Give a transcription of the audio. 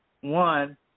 one